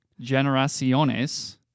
generaciones